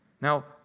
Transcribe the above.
Now